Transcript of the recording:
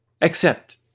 accept